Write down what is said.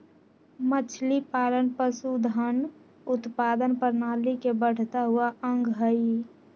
मछलीपालन पशुधन उत्पादन प्रणाली के बढ़ता हुआ अंग हई